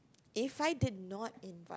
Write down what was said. if I did not